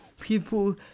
people